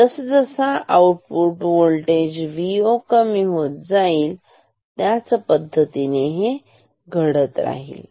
जसजसा Vo कमी होत जाईल अशा पद्धतीने हे घडत राहील